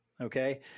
Okay